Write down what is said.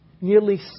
nearly